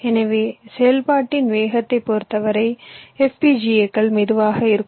எனவே செயல்பாட்டின் வேகத்தைப் பொறுத்தவரை FPGA கள் மெதுவாக இருக்கும்